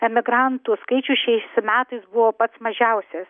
emigrantų skaičius šiais metais buvo pats mažiausias